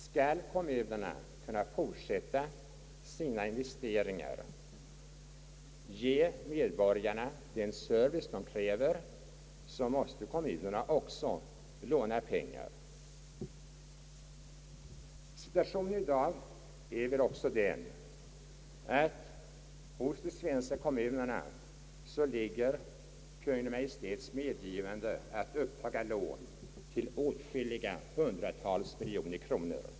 Skall kommunerna kunna fortsätta sina investeringar, ge medborgarna den service de kräver, måste kommunerna också låna pengar. Situationen i dag är väl den, att de svenska kommunerna har Kungl. Maj:ts medgivande att uppta lån till åtskilliga hundratusentals miljoner kronor.